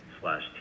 slash